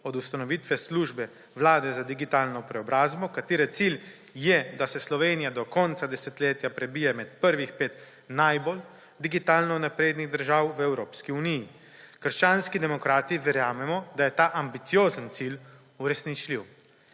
od ustanovitve Službe Vlade za digitalno preobrazbo katere cilje je, da se Slovenija do konca desetletja prebije med prvih 5 najbolj digitalno napredenih držav v Evropski uniji. Krščanski demokrati verjamemo, da je ta ambiciozen cilj uresničljiv.